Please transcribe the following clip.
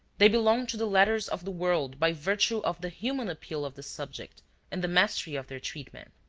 they belong to the letters of the world by virtue of the human appeal of the subject and the mastery of their treatment.